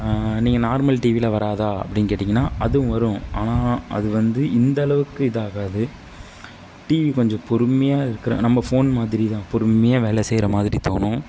நீங்கள் நார்மல் டிவியில் வராதா அப்படின்னு கேட்டீங்கன்னா அதுவும் வரும் ஆனால் அது வந்து இந்த அளவுக்கு இதாக ஆகாது டிவி கொஞ்சம் பொறுமையாக இருக்கிற நம்ம ஃபோன் மாதிரிதான் பொறுமையாக வேலை செய்கிற மாதிரி தோணும்